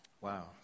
Wow